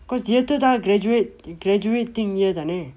cause year two தான்:than graduate graduating year தானே:thane